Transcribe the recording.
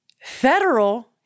Federal